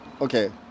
okay